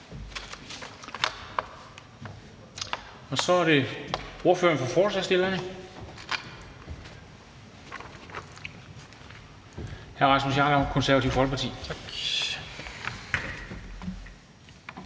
Og så er det ordføreren for forslagsstillerne, hr. Rasmus Jarlov, Det Konservative Folkeparti. Kl.